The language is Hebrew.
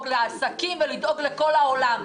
לדאוג לעסקים ולכל העולם.